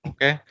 Okay